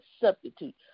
substitute